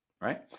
right